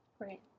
Right